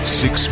six